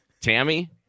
Tammy